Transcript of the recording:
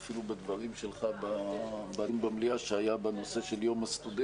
אפילו בדברים שלך בנאום במליאה בנושא של יום הסטודנט,